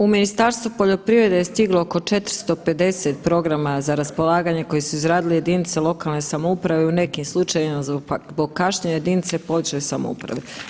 U Ministarstvo poljoprivrede je stiglo oko 450 programa za raspolaganje koje su izradile jedinice lokalne samouprave i u nekim slučajevima zbog kašnjenja jedinice područne samouprave.